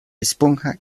esponja